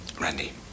Randy